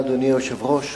אדוני היושב-ראש,